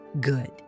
good